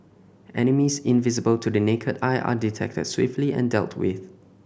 enemies invisible to the naked eye are detected swiftly and dealt with